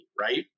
right